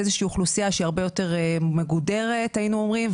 איזושהי אוכלוסייה שהיא הרבה יותר מגודרת היינו אומרים,